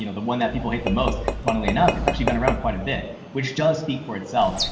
you know the one that people hate the most, funnily enough, it's actually been around quite a bit, which does speak for itself.